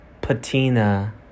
patina